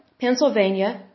Pennsylvania